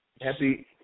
Happy